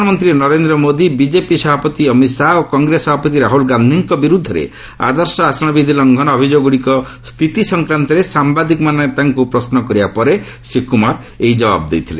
ପ୍ରଧାନମନ୍ତ୍ରୀ ନରେନ୍ଦ୍ର ମୋଦି ବିଜେପି ସଭାପତି ଅମିତ ଶାହା ଓ କଂଗ୍ରେସ ସଭାପତି ରାହୁଲ ଗାନ୍ଧିଙ୍କ ବିରୁଦ୍ଧରେ ଆଦର୍ଶ ଆଚରଣ ବିଧି ଲଂଘନ ଅଭିଯୋଗଗୁଡ଼ିକ ସ୍ଥିତି ସଂକ୍ରାନ୍ତରେ ସାମ୍ବାଦିକମାନେ ତାଙ୍କୁ ପ୍ରଶ୍ନ କରିବା ପରେ ଶ୍ରୀ କୁମାର ଏହି ଜବାବ ଦେଇଥିଲେ